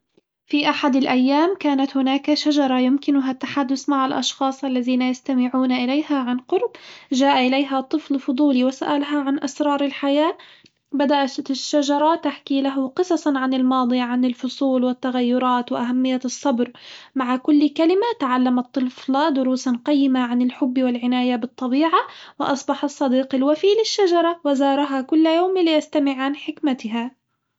في أحد الأيام، كانت هناك شجرة يمكنها التحدث مع الأشخاص الذين يستمعون إليها عن قرب، جاء إليها طفل فضولي وسألها عن أسرار الحياة بدأت الشجرة تحكي له قصصًا عن الماضي عن الفصول والتغيرات وأهمية الصبر مع كل كلمة تعلّم الطفل دروسًا قيمة عن الحب والعناية بالطبيعة، وأصبح الصديق الوفي للشجرة، وزارها كل يوم ليستمع عن حكمتها.